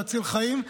להציל חיים,